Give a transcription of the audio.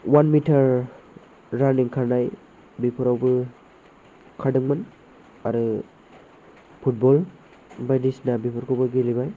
one मिटार रानिं खारनाय बेफोरावबो खारदोंमोन आरो फुटबल बायदिसिना बेफोरखौबो गेलेबाय